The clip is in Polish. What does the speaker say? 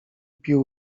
pił